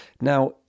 Now